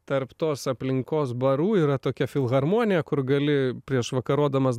tarp tos aplinkos barų yra tokia filharmonija kur gali prieš vakarodamas